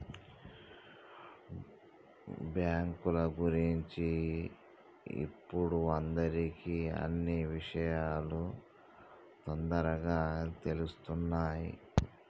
బ్యేంకుల గురించి ఇప్పుడు అందరికీ అన్నీ విషయాలూ తొందరగానే తెలుత్తున్నయ్